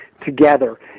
together